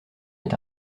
est